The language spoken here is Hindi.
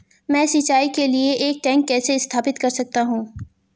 मैं सिंचाई के लिए एक टैंक कैसे स्थापित कर सकता हूँ?